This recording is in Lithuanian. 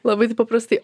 labai paprastai